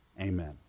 Amen